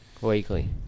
weekly